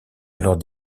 alors